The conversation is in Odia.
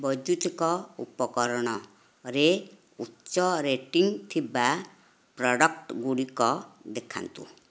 ବୈଦ୍ୟୁତିକ ଉପକରଣରେ ଉଚ୍ଚ ରେଟିଂ ଥିବା ପ୍ରଡ଼କ୍ଟ୍ ଗୁଡ଼ିକ ଦେଖାନ୍ତୁ